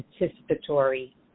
anticipatory